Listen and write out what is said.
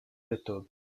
youtube